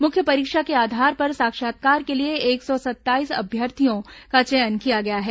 मुख्य परीक्षा के आधार पर साक्षात्कार के लिए एक सौ सत्ताईस अभ्यर्थियों का चयन किया गया है